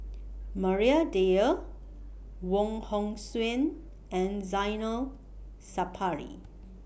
Maria Dyer Wong Hong Suen and Zainal Sapari